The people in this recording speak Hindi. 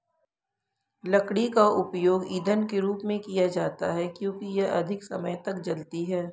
लकड़ी का उपयोग ईंधन के रूप में किया जाता है क्योंकि यह अधिक समय तक जलती है